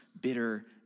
bitter